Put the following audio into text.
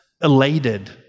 elated